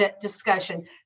discussion